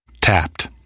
Tapped